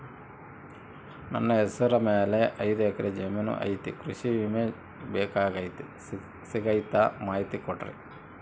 ನನ್ನ ಹೆಸರ ಮ್ಯಾಲೆ ಐದು ಎಕರೆ ಜಮೇನು ಐತಿ ಕೃಷಿ ವಿಮೆ ಬೇಕಾಗೈತಿ ಸಿಗ್ತೈತಾ ಮಾಹಿತಿ ಕೊಡ್ರಿ?